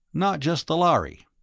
not just the lhari.